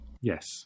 Yes